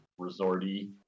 resorty